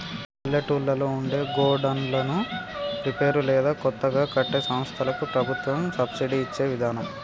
పల్లెటూళ్లలో ఉండే గోడన్లను రిపేర్ లేదా కొత్తగా కట్టే సంస్థలకి ప్రభుత్వం సబ్సిడి ఇచ్చే విదానం